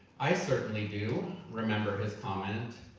i certainly do remember his comment,